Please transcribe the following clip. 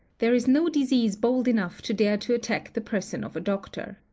there is no disease bold enough to dare to attack the person of a doctor.